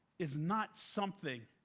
is not something